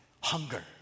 hunger